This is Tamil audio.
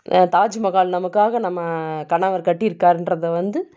தாஜ்மஹால் நமக்காக நம்ம கணவர் கட்டியிருக்காருன்றதை வந்து